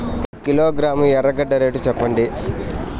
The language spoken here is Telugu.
ఒక కిలోగ్రాము ఎర్రగడ్డ రేటు సెప్పండి?